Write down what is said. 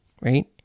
right